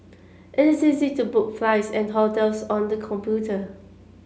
it is easy to book flights and hotels on the computer